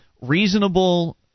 reasonable –